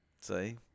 See